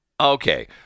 Okay